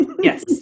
yes